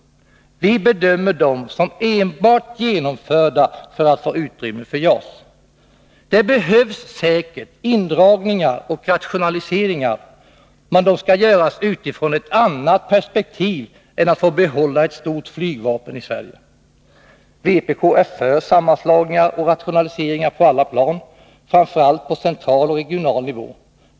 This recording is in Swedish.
Vi bedömer dem som genomförda enbart för att få utrymme för JAS. Det behövs säkert indragningar och rationaliseringar, men de skall göras utifrån ett annat perspektiv än att få behålla ett stort flygvapen i Sverige. Vpk är för sammanslagningar och rationaliseringar på alla plan, framför allt på central och regional nivå.